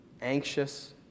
Anxious